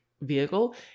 vehicle